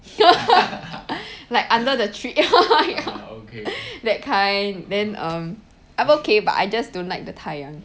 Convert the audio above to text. like under the tree ya that kind then um I'm okay but I just don't like the 太阳